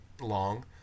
long